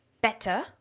better